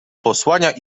posłania